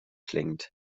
klingt